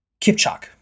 Kipchak